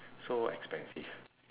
so expensive